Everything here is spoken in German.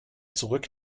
zurück